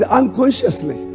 unconsciously